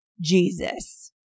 Jesus